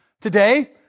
Today